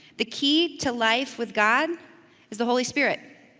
the key to life with god is the holy spirit.